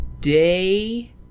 day